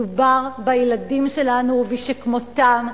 מדובר בילדים שלנו ושכמותם,